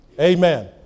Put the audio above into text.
Amen